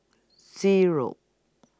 Zero